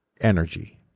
energy